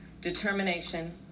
determination